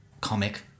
comic